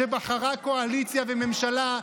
שבחרה קואליציה וממשלה,